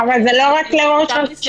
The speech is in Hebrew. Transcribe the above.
אפשר --- אבל זה לא רק לראש הרשות.